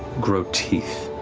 grow teeth